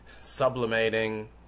sublimating